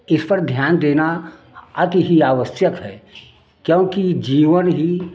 इस पर ध्यान देना अति ही आवश्यक है क्योंकि जीवन ही